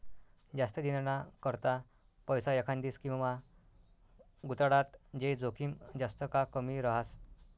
जास्त दिनना करता पैसा एखांदी स्कीममा गुताडात ते जोखीम जास्त का कमी रहास